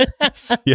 Yes